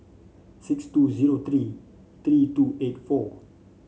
six two zero three three two eight four